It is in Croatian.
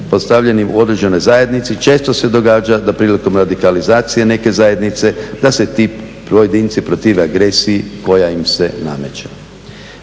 postavljenim u određenoj zajednici često se događa da prilikom radikalizacije neke zajednice, da se ti pojedinci protive agresiji koja im se nameče.